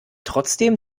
trotzdem